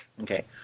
Okay